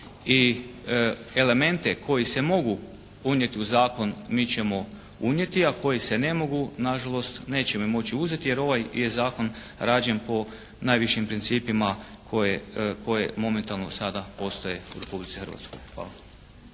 i elemente koji se mogu unijeti u zakon mi ćemo unijeti, a koji se ne mogu na žalost nećemo moći uzeti jer ovaj je Zakon rađen po najvišim principima koje momentalno sada postoje u Republici Hrvatskoj. Hvala.